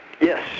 Yes